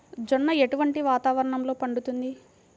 జొన్న ఎటువంటి వాతావరణంలో పండుతుంది?